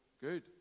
good